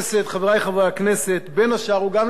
בין השאר גם לבקר את הממשלה.